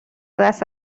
دست